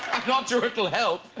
not to ripple help